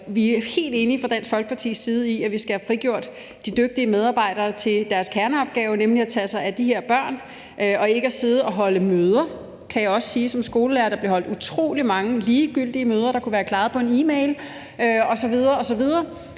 vi er jo fra Dansk Folkepartis side helt enige i, at man skal have frigjort de dygtige medarbejdere til deres kerneopgave, nemlig at tage sig af de her børn og ikke at sidde og holde møder. Jeg kan som skolelærer også sige, at der bliver holdt utrolig mange ligegyldige møder, der kunne være klaret med en e-mail, osv. osv.